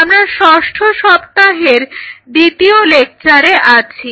আমরা ষষ্ঠ সপ্তাহের দ্বিতীয় লেকচারে আছি